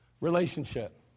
Relationship